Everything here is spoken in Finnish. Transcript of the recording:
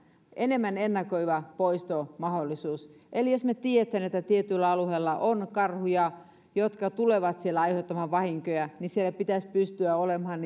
enemmän ennakoiva poistomahdollisuus eli jos me tiedämme että tietyillä alueilla on karhuja jotka tulevat siellä aiheuttamaan vahinkoja niin siellä pitäisi pystyä olemaan